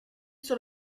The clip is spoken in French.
sur